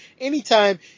anytime